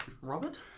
Robert